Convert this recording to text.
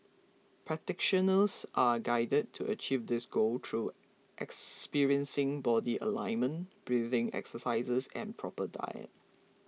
practitioners are guided to achieve this goal through experiencing body alignment breathing exercises and proper diet